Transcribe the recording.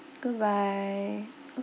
goodbye